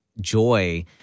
joy